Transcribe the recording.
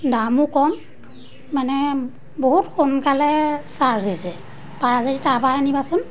দামো কম মানে বহুত সোনকালে চাৰ্জ হৈছে পাৰা যদি তাৰপৰা আনিবাচোন